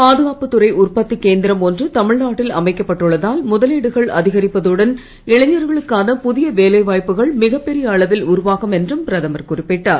பாதுகாப்புத் துறை உற்பத்தி கேந்திரம் ஒன்று தமிழ்நாட்டில் அமைக்கப்பட்டுள்ளதால் முதலீடுகள் அதிகரிப்பதுடன் இளைஞர்களுக்கான புதிய வேலைவாய்ப்புகள் மிகப்பெரிய அளவில் உருவாகும் என்றும் பிரதமர் குறிப்பிட்டார்